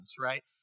right